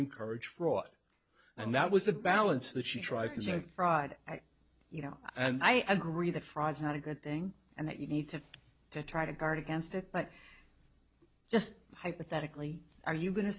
encourage fraud and that was a balance that she tried to say fraud you know and i agree that fry's not a good thing and that you need to to try to guard against it but just hypothetically are you going to